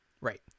Right